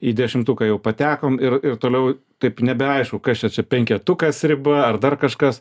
į dešimtuką jau patekom ir ir toliau taip nebeaišku kas čia čia penketukas riba ar dar kažkas